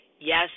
Yes